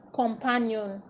companion